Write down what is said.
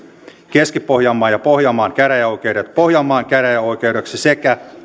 keski pohjanmaan ja pohjanmaan käräjäoikeudet pohjanmaan käräjäoikeudeksi sekä